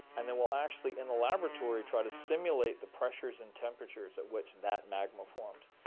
and then we'll actually in the laboratory try to simulate the pressures and temperatures at which that magma forms,